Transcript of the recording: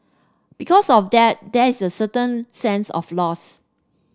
because of that there is a certain sense of loss